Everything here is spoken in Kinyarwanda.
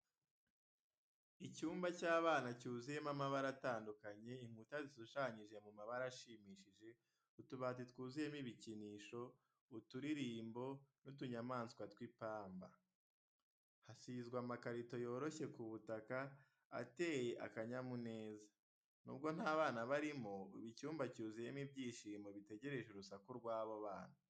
Icyumba cy’abana cyuzuyemo amabara atandukanye, inkuta zishushanyije mu mabara ashimishije, utubati twuzuyemo ibikinisho, uturirimbo n’utunyamaswa tw’ipamba. Hasizwe amakarito yoroshye ku butaka, ateye akanyamuneza. Nubwo nta bana barimo ubu, icyumba cyuzuyemo ibyishimo bitegereje urusaku rwabo bana.